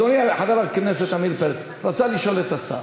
אדוני חבר הכנסת עמיר פרץ רצה לשאול את השר.